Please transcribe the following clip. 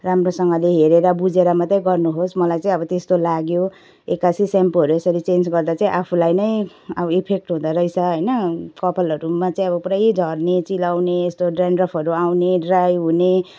राम्रोसँगले हेरेर बुझेर मात्रै गर्नुहोस् मलाई चाहिँ अब त्यस्तो लाग्यो एक्कासि स्याम्पूहरू यसरी चेन्ज गर्दा चाहिँ आफूलाई नै अब इफेक्ट हुँदोरहेछ होइन कपालहरूमा चाहिँ अब पुरै झर्ने चिलाउने यस्तो डेन्ड्रफहरू आउने ड्राई हुने